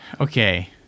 Okay